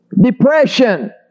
depression